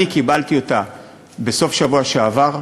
אני קיבלתי אותה בסוף השבוע שעבר.